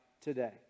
today